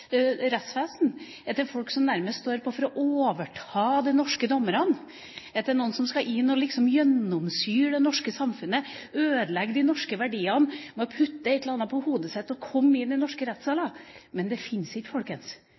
rettsvesen, at det er folk som nærmest står på for å overta de norske dommerne, at det er noen som skal inn for liksom å gjennomsyre det norske samfunnet, ødelegge de norske verdiene, ved å putte et eller annet på hodet sitt og komme inn i norske rettssaler. Men det fins ikke, folkens!